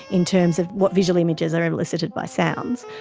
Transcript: in terms of what visual images are elicited by sound,